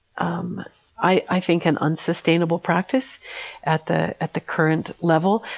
um i think, an unsustainable practice at the at the current level.